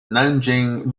nanjing